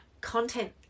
content